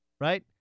Right